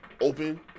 open